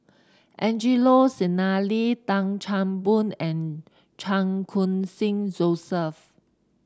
Angelo Sanelli Tan Chan Boon and Chan Khun Sing Joseph